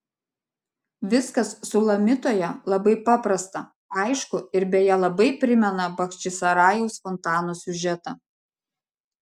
viskas sulamitoje labai paprasta aišku ir beje labai primena bachčisarajaus fontano siužetą